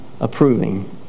approving